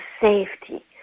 safety